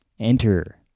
Enter